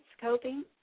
coping